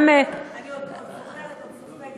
אני עוד סופגת את זה.